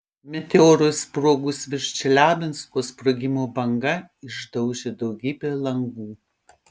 meteorui sprogus virš čeliabinsko sprogimo banga išdaužė daugybę langų